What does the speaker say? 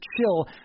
chill